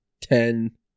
ten